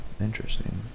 Interesting